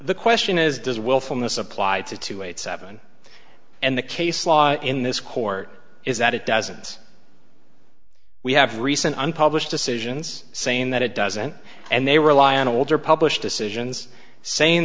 the question is does willfulness applied to two eight seven and the case law in this court is that it doesn't we have recent unpublished decisions saying that it doesn't and they rely on older published decisions saying